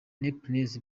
neptunez